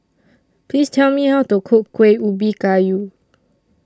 Please Tell Me How to Cook Kuih Ubi Kayu